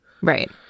Right